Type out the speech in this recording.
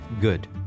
Good